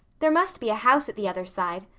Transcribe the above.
there must be a house at the other side.